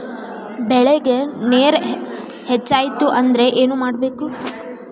ಬೆಳೇಗ್ ನೇರ ಹೆಚ್ಚಾಯ್ತು ಅಂದ್ರೆ ಏನು ಮಾಡಬೇಕು?